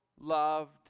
loved